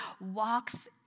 walks